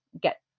get